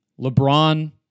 LeBron